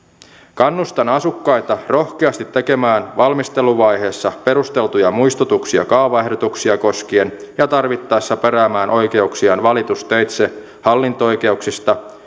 kannustan asukkaita rohkeasti tekemään valmisteluvaiheessa perusteltuja muistutuksia kaavaehdotuksia koskien ja tarvittaessa peräämään oikeuksiaan valitusteitse hallinto oikeuksista